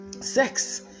Sex